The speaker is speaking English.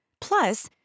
Plus